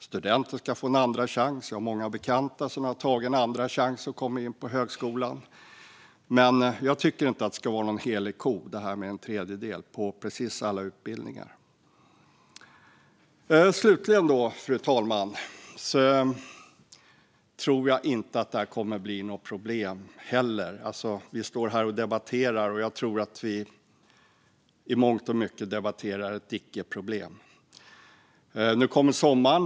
Studenter ska få en andra chans. Jag har många bekanta som har tagit en andra chans och kommit in på högskolan. Men jag tycker inte att en tredjedel ska vara någon helig ko på precis alla utbildningar. Fru talman! Slutligen tror jag inte att detta kommer att bli några problem. Vi står här och debatterar, men jag tror att vi i mångt och mycket debatterar ett icke-problem. Nu kommer sommaren.